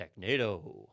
TechNado